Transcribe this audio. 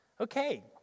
Okay